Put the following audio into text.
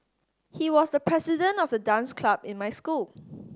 he was the president of the dance club in my school